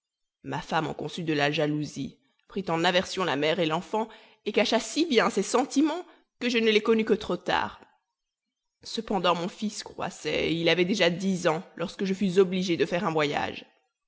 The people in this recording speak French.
ma femme en conçut de la jalousie prit en aversion la mère et l'enfant et cacha si bien ses sentiments que je ne les connus que trop tard cependant mon fils croissait et il avait déjà dix ans lorsque je fus obligé de faire un voyage